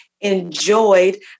enjoyed